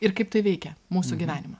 ir kaip tai veikia mūsų gyvenimą